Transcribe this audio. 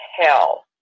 hell